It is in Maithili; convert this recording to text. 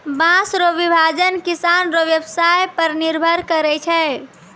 बाँस रो विभाजन किसान रो व्यवसाय पर निर्भर करै छै